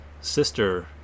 sister